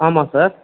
ஆமாம் சார்